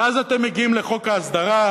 ואז אתם מגיעים לחוק ההסדרה,